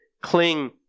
cling